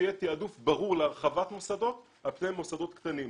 שיהיה תיעדוף ברור להרחבת מוסדות על פני מוסדות קטנים.